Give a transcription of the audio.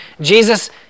Jesus